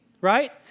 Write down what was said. right